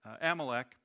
Amalek